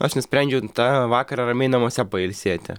aš nusprendžiu tą vakarą ramiai namuose pailsėti